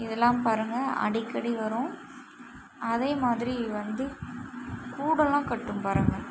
இதெல்லாம் பாருங்கள் அடிக்கடி வரும் அதேமாதிரி வந்து கூடெல்லாம் கட்டும் பாருங்கள்